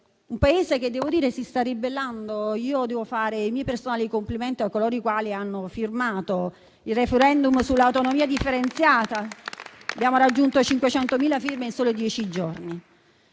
un Paese che si sta ribellando. Devo fare i miei personali complimenti a coloro i quali hanno firmato il *referendum* sull'autonomia differenziata. Abbiamo raggiunto le 500.000 firme in soli dieci giorni.